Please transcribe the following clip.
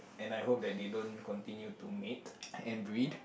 and I hope that they don't continue to mate and breed